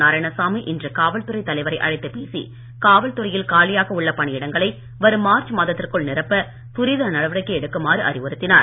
நாராயணசாமி இன்று காவல் துறை தலைவரை அழைத்து பேசி காவல் துறையில் காலியாக உள்ள வரும் மார்ச் மாத்த்திற்குள் நிரப்ப துரித நடவடிக்கை எடுக்குமாறு அறிவுறுத்தினார்